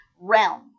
realm